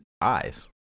eyes